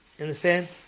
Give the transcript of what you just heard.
understand